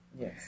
Yes